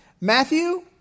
Matthew